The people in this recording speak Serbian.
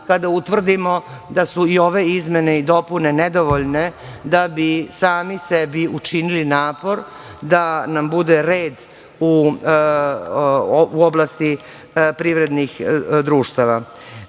kada utvrdimo da su i ove izmene i dopune nedovoljne da bi sami sebi učinili napor da nam bude red u oblasti privrednih društava.Zaštita